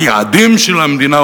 היעדים של המדינה,